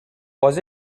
was